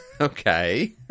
Okay